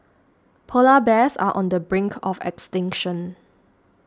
Polar Bears are on the brink of extinction